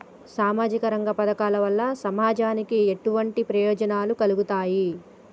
సామాజిక రంగ పథకాల వల్ల సమాజానికి ఎటువంటి ప్రయోజనాలు కలుగుతాయి?